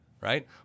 right